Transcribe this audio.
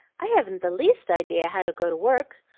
i haven't the least idea how to go to work.